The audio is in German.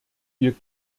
wir